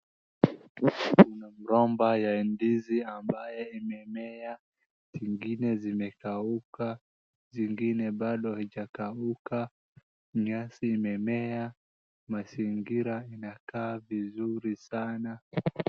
Kuna mgomba ya ndizi ambaye imemea zingine zimekauka, zingine bado haijakauka, nyasi imemea, mazingira yanakaa vizuri sana.